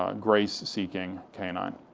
um grace-seeking canine.